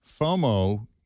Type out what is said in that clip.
FOMO